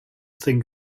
think